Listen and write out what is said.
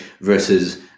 versus